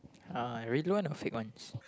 uh I really want the fake ones